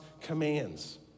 commands